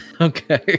Okay